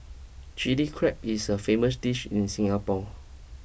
Chilli Crab is a famous dish in Singapore